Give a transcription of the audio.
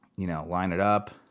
you know line it up.